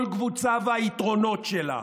כל קבוצה והיתרונות שלה.